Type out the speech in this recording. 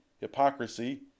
hypocrisy